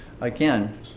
Again